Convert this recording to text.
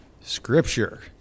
scripture